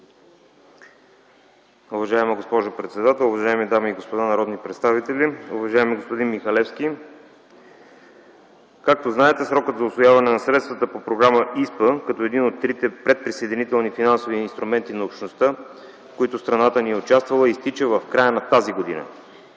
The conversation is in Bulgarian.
Уважаема госпожо председател, уважаеми дами и господа народни представители! Уважаеми господин Михалевски, както знаете, срокът за усвояване на средствата по Програма ИСПА като един от трите предприсъединителни финансови инструменти на Общността, в които страната ни е участвала, изтича в края на тази година.